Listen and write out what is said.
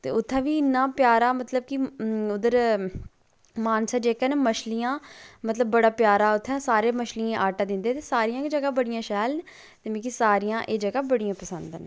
ते उत्थै बी इन्ना प्यारा मतलब कि उद्धर मानसर जेह्का मछलियां मतलव बड़ा प्यारा उत्थै सारे मछलियें आटा दिंदे ते सारियां गै जगां बड़ियां शैल न ते मिकी सारियां एह् जगहां पसंद न